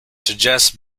suggest